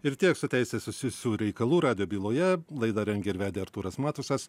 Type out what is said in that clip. ir tiek su teise susijusių reikalų rado byloje laidą rengė ir vedė artūras matusas